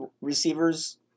receivers